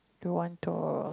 don't want to